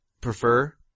prefer